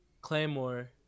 Claymore